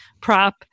prop